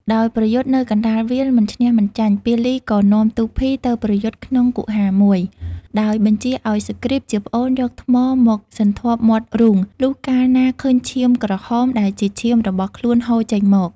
ដោយប្រយុទ្ធនៅកណ្តាលវាលមិនឈ្នះមិនចាញ់ ពាលីក៏នាំទូរភីទៅប្រយុទ្ធក្នុងគុហារមួយ ដោយបញ្ជាឱ្យសុគ្រីព ជាប្អូនយកថ្មមកសន្ធាប់មាត់រូង លុះកាលណាឃើញឈាមក្រហមដែលជាឈាមរបស់ខ្លួនហូរចេញមក។